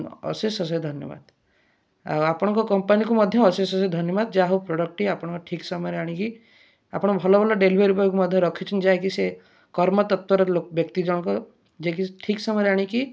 ଅଶେଷ ଅଶେଷ ଧନ୍ୟବାଦ ଆଉ ଆପଣଙ୍କ କମ୍ପାନୀକୁ ମଧ୍ୟ ଅଶେଷ ଅଶେଷ ଧନ୍ୟବାଦ ଯା ହେଉ ପ୍ରଡ଼କ୍ଟଟି ଠିକ ସମୟରେ ଆଣିକି ଆପଣ ଭଲ ଭଲ ଡେଲିଭେରୀ ବୟକୁ ମଧ୍ୟ ରଖିଛନ୍ତି ଯାହା କି କର୍ମ ତତ୍ପର ବ୍ୟକ୍ତି ଜଣକ ଯିଏ କି ଠିକ ସମୟରେ ଆଣିକି